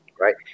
right